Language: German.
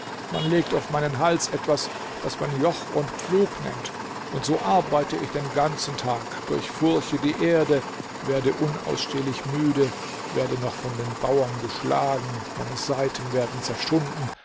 man legt auf meinen hals etwas das man joch und pflug nennt und so arbeite ich den ganzen tag durchfurche die erde werde unausstehlich müde werde noch von den bauern geschlagen meine seiten werden zerschunden